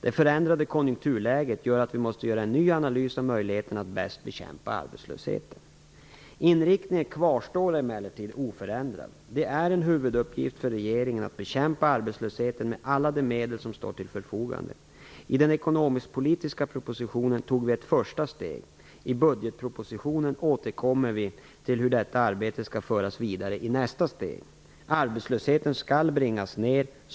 Det förändrade konjunkturläget gör att vi måste göra en ny analys av möjligheterna att bäst bekämpa arbetslösheten. Inriktningen kvarstår emellertid oförändrad. Det är en huvuduppgift för regeringen att bekämpa arbetslösheten med alla de medel som står till förfogande. I den ekonomisk-politiska propositionen tog vi ett första steg. I budgetpropositionen återkommer vi till hur detta arbete skall föras vidare i nästa steg. Arbetslösheten skall bringas ner.